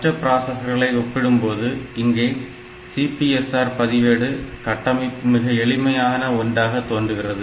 மற்ற பிராசஸர்களை ஒப்பிடும்போது இங்கே CPSR பதிவேடு கட்டமைப்பு மிக எளிமையான ஒன்றாக தோன்றுகிறது